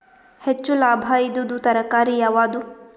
ಹೆಚ್ಚು ಲಾಭಾಯಿದುದು ತರಕಾರಿ ಯಾವಾದು?